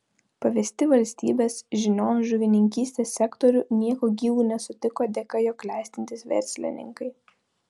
pavesti valstybės žinion žuvininkystės sektorių nieku gyvu nesutiko dėka jo klestintys verslininkai